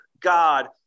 God